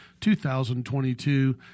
2022